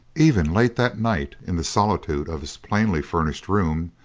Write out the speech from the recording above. even late that night, in the solitude of his plainly furnished room,